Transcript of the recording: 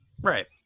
Right